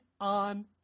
on